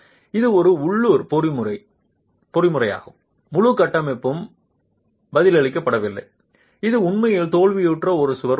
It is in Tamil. அது ஒரு உள்ளூர் பொறிமுறையாகும் முழு கட்டமைப்பும் பதிலளிக்கவில்லை இது உண்மையில் தோல்வியுற்ற ஒரு சுவர் மட்டுமே